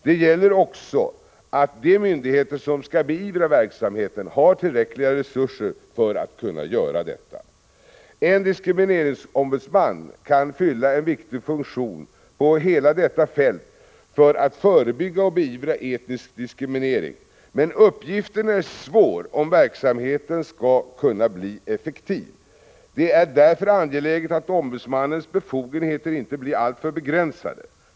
Det gäller också att de myndigheter som skall beivra verksamheten har tillräckliga resurser för att kunna göra detta. En diskrimineringsombudsman kan fylla en viktig funktion på hela detta fält för att förebygga och beivra etnisk diskriminering. Men uppgiften är svår om verksamheten skall kunna bli effektiv. Det är därför angeläget att ombudsmannens befogenheter inte blir alltför begränsade.